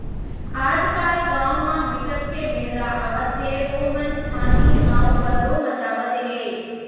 आजकाल गाँव म बिकट के बेंदरा आवत हे ओमन छानही म उपदरो मचावत हे